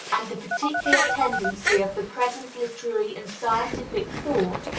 and the particular tendency of the present literary and scientific thought,